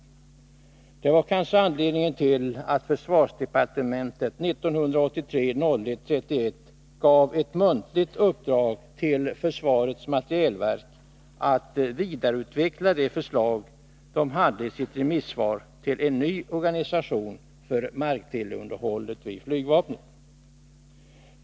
Detta var kanske anledningen till att försvarsdepartementet den 31 januari 1983 gav ett muntligt uppdrag till försvarets materielverk att vidareutveckla det förslag till en ny organisation för markteleunderhållet vid flygvapnet, som de hade givit i sitt remissvar.